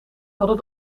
hadden